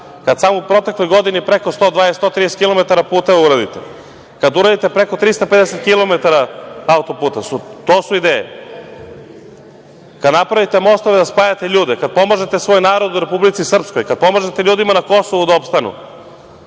kada samo u protekloj godini preko 120, 130 kilometara puteva uradite, kada uradite preko 350 kilometara autoputa? To su ideje. Kada napravite mostove da spajate ljude, kada pomažete svoj narod u Republici Srpskoj, kada pomažete ljudima na Kosovu da opstanu.